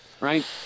Right